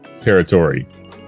territory